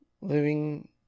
living